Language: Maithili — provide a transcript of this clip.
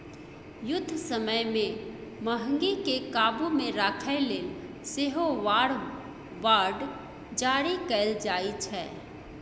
युद्ध समय मे महगीकेँ काबु मे राखय लेल सेहो वॉर बॉड जारी कएल जाइ छै